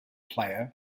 player